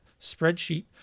spreadsheet